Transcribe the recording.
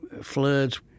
floods